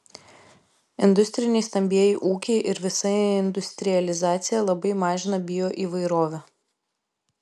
industriniai stambieji ūkiai ir visa industrializacija labai mažina bioįvairovę